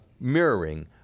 mirroring